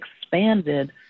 expanded